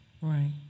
Right